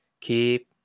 keep